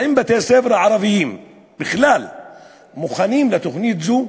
האם בתי-הספר הערביים בכלל מוכנים לתוכנית זו?